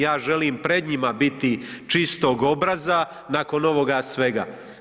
Ja želim pred njima biti čistog obraza nakon ovoga svega.